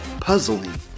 Puzzling